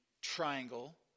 triangle